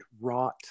rot